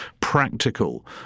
practical